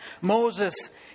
Moses